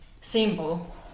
simple